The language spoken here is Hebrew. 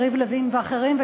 יריב לוין ואחרים,